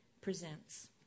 Presents